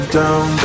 down